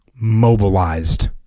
mobilized